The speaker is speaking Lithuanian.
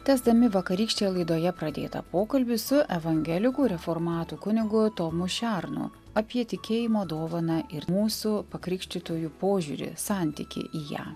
tęsdami vakarykštėje laidoje pradėtą pokalbį su evangelikų reformatų kunigu tomu šernu apie tikėjimo dovaną ir mūsų pakrikštytųjų požiūrį santykį į ją